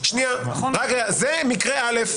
זה מקרה א'.